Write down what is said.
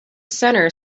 center